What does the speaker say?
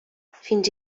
fins